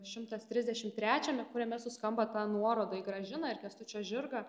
šimtas trisdešim trečią ne kuriame suskamba ta nuoroda į gražiną ir kęstučio žirgą